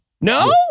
No